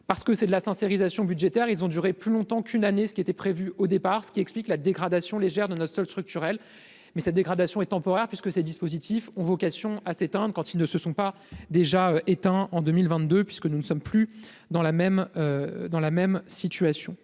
parce que c'est de la sincérisation budgétaire ils ont duré plus longtemps qu'une année, ce qui était prévu au départ, ce qui explique la dégradation légère de notre solde structurel mais cette dégradation est temporaire, puisque ces dispositifs ont vocation à s'éteindre quand ils ne se sont pas déjà éteint en 2022 puisque nous ne sommes plus dans la même dans